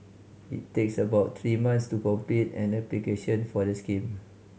it takes about three months to complete an application for the scheme